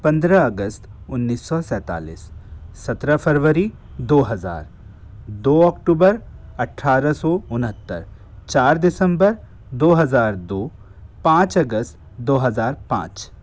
पंद्रह अगस्त उन्नीस सौ सैतालिस सत्रह फरवरी दो हज़ार दो ओक्टूबर अट्ठारह सौ उन्हत्तर चार दिसम्बर दो हज़ार दो पाँच अगस्त दो हज़ार पाँच